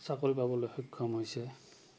চাকৰি পাবলৈ সক্ষম হৈছে